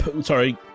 sorry